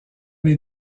les